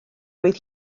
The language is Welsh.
roedd